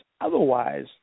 otherwise